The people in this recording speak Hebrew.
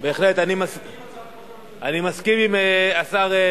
עם הצעת החוק